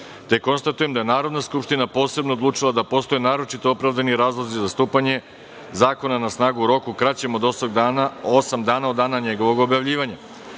141.Konstatujem da je Narodna skupština posebno odlučila da postoje naročito opravdani razlozi za stupanje zakona na snagu u roku kraćem od osam dana od dana njegovog objavljivanja. Pošto